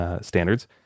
standards